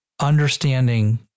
understanding